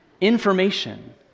information